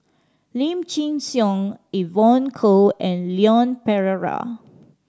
Lim Chin Siong Evon Kow and Leon Perera